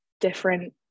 different